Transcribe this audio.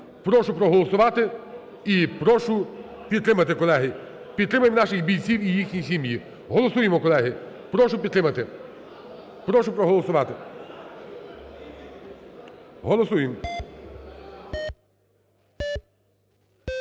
Прошу проголосувати і прошу підтримати, колеги. Підтримаємо наших бійців і їхні сім'ї. Голосуємо, колеги. Прошу підтримати. Прошу проголосувати. Голосуємо.